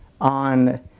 on